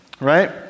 Right